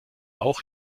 auch